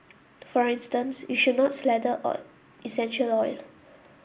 for instance you should not slather on essential oil